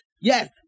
Yes